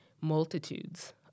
multitudes